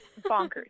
bonkers